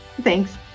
Thanks